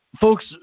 Folks